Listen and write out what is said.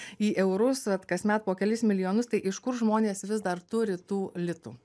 į eurus vat kasmet po kelis milijonus tai iš kur žmonės vis dar turi tų litų